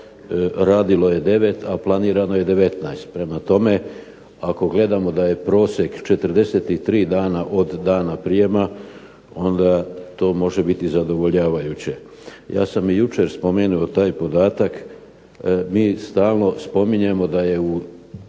radilo je 9 a planirano je 19. prema tome, ako gledamo da je prosjek 43 dana od dana prijema, onda to može biti zadovoljavajuće. Ja sam i jučer spomenuo taj podatak mi stalno spominjemo da je u